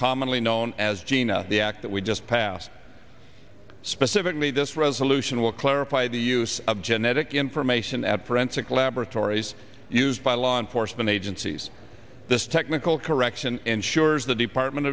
commonly known as gina the act that we just passed specifically this resolution will clarify the use of genetic information at forensic laboratories used by law enforcement agencies the technical correction ensures the department